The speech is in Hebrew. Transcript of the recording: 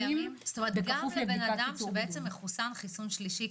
ימים כפוף לבדיקת --- זאת אומרת גם לבן אדם שמחוסן כרגע בחיסון שלישי.